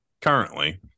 currently